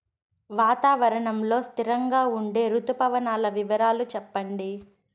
వాతావరణం లో స్థిరంగా ఉండే రుతు పవనాల వివరాలు చెప్పండి?